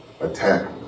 attack